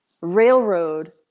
railroad